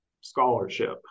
scholarship